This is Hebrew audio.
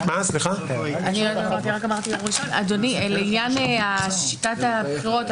13:30. לעניין שיטת הבחירות,